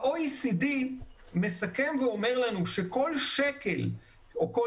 ה-OECD מסכם ואומר לנו שכל שקל או כל